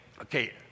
okay